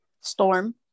Storm